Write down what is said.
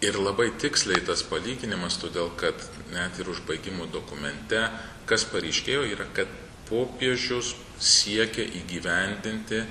ir labai tiksliai tas palyginimas todėl kad net ir užbaigimo dokumente kas paryškėjo yra kad popiežius siekia įgyvendinti